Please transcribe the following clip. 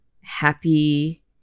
happy